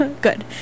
Good